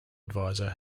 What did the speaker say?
advisor